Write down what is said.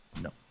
No